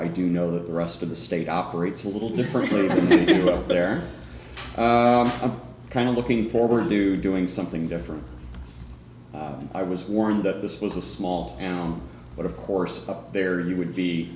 i do know the rest of the state operates a little differently but they're kind of looking forward to doing something different i was warned that this was a small town but of course there you would be